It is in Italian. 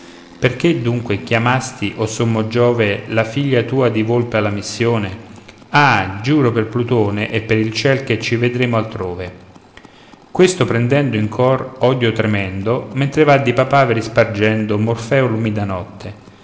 perché dunque chiamasti o sommo giove la figlia tua di volpe alla missione ah giuro per plutone e per il ciel che ci vedremo altrove questo premendo in cor odio tremendo mentre va di papaveri spargendo morfeo l'umida notte